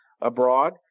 abroad